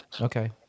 okay